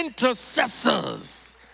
intercessors